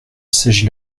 s’agit